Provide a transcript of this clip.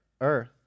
earth